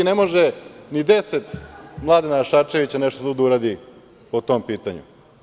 Ne može ni deset Mladena Šarčevića nešto da uradi po tom pitanju.